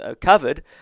covered